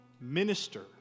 minister